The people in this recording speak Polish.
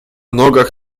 nogach